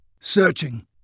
Searching